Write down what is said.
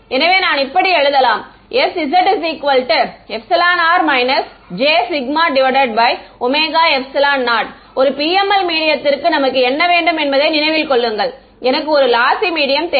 எனவே நான் இப்படி எழுதலாம் szr j0 ஒரு PML மீடியத்திற்கு நமக்கு என்ன வேண்டும் என்பதை நினைவில் கொள்ளுங்கள் எனக்கு ஒரு லாசி விஷயம் தேவை